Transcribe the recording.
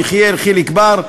יחיאל חיליק בר,